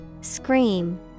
Scream